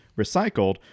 recycled